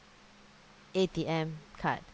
A_T_M card